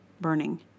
burning